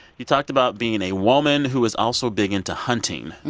you talked about being a woman who was also big into hunting.